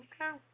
Okay